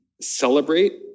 celebrate